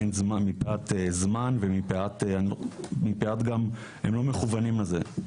אין זמן מפאת הזמן ומפאת גם זה שהם לא מכוונים לזה,